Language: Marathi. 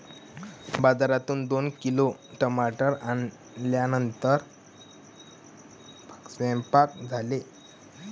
बाजारातून दोन किलो टमाटर आणल्यानंतर सेवन्पाक झाले